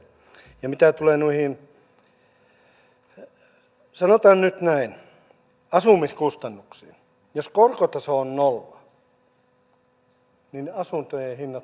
ja mitä tulee sanotaan nyt näin asumiskustannuksiin niin jos korkotaso on nolla niin asuntojen hinnat nousevat